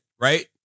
right